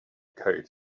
coat